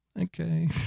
Okay